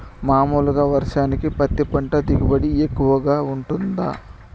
మామూలుగా వర్షానికి పత్తి పంట దిగుబడి ఎక్కువగా గా వుంటుందా?